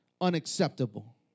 unacceptable